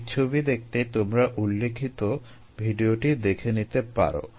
এর ছবি দেখতে তোমরা উল্লেখিত ভিডিওটি দেখে নিতে পারো